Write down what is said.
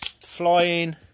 Flying